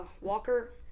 Walker